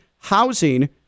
housing